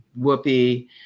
Whoopi